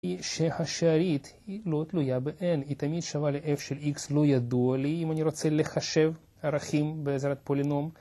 שהשארית היא לא תלויה ב-n, היא תמיד שווה ל-f של x, לא ידוע לי אם אני רוצה לחשב ערכים בעזרת פולינום